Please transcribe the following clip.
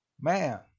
man